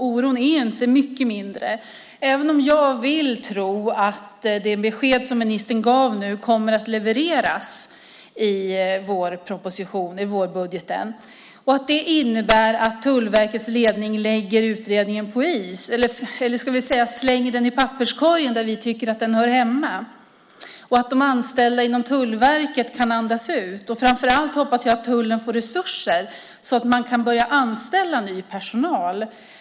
Oron är inte mycket mindre, även om jag vill tro att det besked som ministern nu gav kommer att levereras i vårbudgeten och att det innebär att Tullverkets ledning lägger utredningen på is, eller slänger den i papperskorgen där vi tycker att den hör hemma, så att de anställda i Tullverket kan andas ut. Framför allt hoppas jag att tullen får resurser så att de kan börja anställa ny personal.